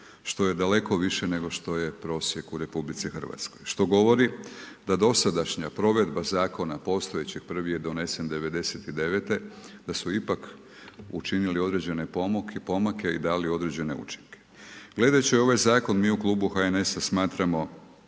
što je daleko više nego što je prosjek u RH što govori da dosadašnja provedba zakona postojećeg, prvi je donesen '99. da su ipak učinili određene pomake i dali određene učinke. Gledajući ovaj zakon mi u klubu HNS-a smatramo